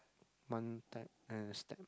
one time and a step